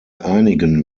einigen